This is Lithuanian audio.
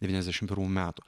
devyniasdešimt pirmų metų